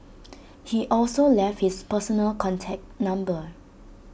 he also left his personal contact number